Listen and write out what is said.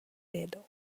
dedo